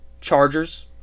Chargers